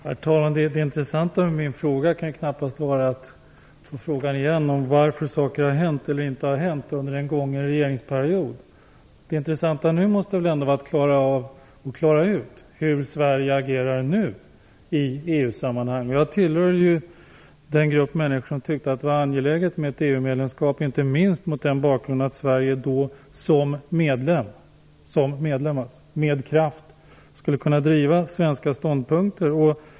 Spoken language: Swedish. Herr talman! Det intressanta kan knappast vara att återigen fråga varför saker har eller inte har hänt under den gångna regeringsperioden. Det intressanta måste ändå vara att reda ut hur Sverige nu agerar i EU-sammanhang. Jag tillhör den grupp människor som tyckte att det var angeläget med ett EU-medlemskap, inte minst mot den bakgrunden att Sverige som medlem med kraft skulle kunna driva svenska ståndpunkter.